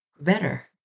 better